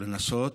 ולנסות,